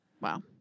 Wow